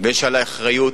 ויש עלי אחריות.